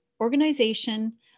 organization